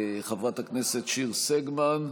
וחברת הכנסת שיר סגמן.